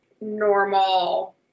normal